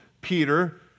Peter